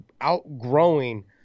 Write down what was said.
outgrowing